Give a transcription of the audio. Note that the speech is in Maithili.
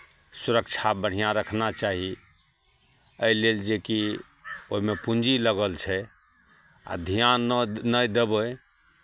सुरक्षा बढ़िआँ रखना चाही एहि लेल जेकि ओहिमे पूँजी लागल छै आ ध्यान नऽ नहि देबै